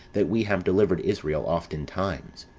that we have delivered israel oftentimes.